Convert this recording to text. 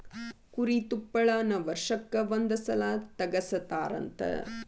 ಕುರಿ ತುಪ್ಪಳಾನ ವರ್ಷಕ್ಕ ಒಂದ ಸಲಾ ತಗಸತಾರಂತ